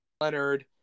Leonard